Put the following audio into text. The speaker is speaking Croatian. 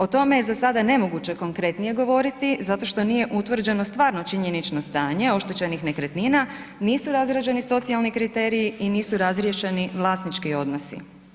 O tome je za sada nemoguće konkretnije govoriti zato što nije utvrđeno stvarno činjenično stanje oštećenih nekretnina, nisu razrađeni socijalni kriteriji i nisu razriješeni vlasnički odnosi.